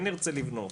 כן ירצה לבנות,